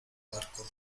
barco